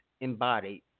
embodied